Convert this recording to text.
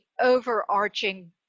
overarching